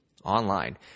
online